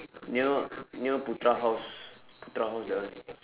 near near putra house putra house that one